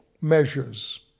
measures